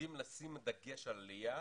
יודעים לשים דגש על עלייה